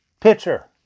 pitcher